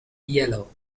yellow